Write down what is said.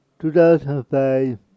2005